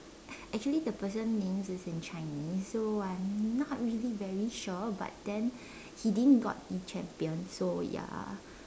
actually the person name is in Chinese so I'm not really very sure but then he didn't got the champion so ya